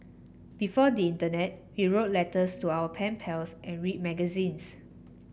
before the internet we wrote letters to our pen pals and read magazines